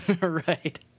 Right